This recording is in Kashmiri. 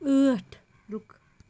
ٲٹھ